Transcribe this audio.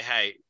Hey